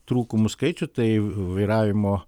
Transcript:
trūkumų skaičių tai vairavimo